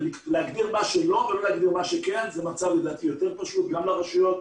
להגדיר מה שלא ולא להגדיר מה שכן זה מצב יותר פשוט גם לרשויות,